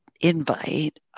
invite